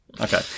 okay